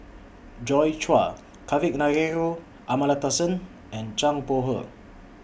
Joi Chua Kavignareru Amallathasan and Zhang Bohe